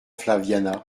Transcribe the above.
flaviana